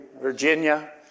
Virginia